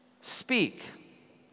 speak